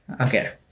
Okay